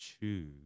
choose